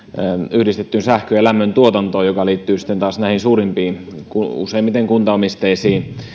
yhdistettyyn sähkön ja lämmöntuotantoon joka liittyy sitten taas näihin suurimpiin useimmiten kuntaomisteisiin